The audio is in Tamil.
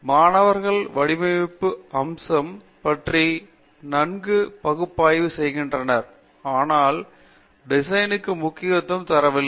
மாணவர்கள் வடிவமைப்பு அம்சம் பற்றி நன்கு பகுப்பாய்வு செய்கின்றனர் ஆனால் டிசைனுக்கு முக்கியத்துவம் தரவில்லை